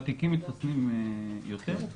בארץ ותיקים מתחסנים יותר?